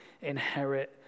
inherit